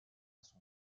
son